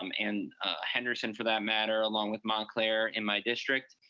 um and henderson, for that matter, along with montclair in my district.